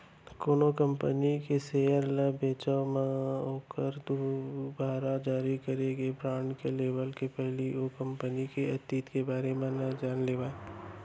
कोनो कंपनी के सेयर ल लेवब म ओखर दुवारा जारी करे गे बांड के लेवब के पहिली ओ कंपनी के अतीत के बारे म जान लेवय